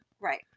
Right